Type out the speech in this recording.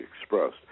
expressed